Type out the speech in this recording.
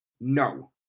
No